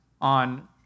on